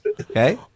okay